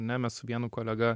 ne mes su vienu kolega